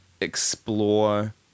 explore